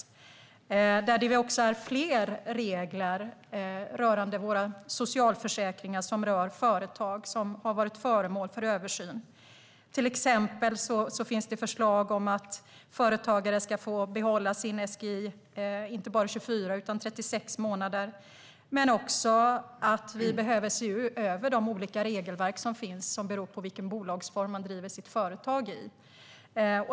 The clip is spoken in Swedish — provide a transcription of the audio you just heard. Där är det också fler regler när det gäller våra socialförsäkringar som rör företag som har varit föremål för översyn. Det finns till exempel förslag om att företagare ska få behålla sin SGI inte bara i 24 utan i 36 månader. Det finns också förslag om att vi behöver se över de olika regelverk som finns och som beror på i vilken bolagsform som man driver sitt företag.